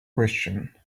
question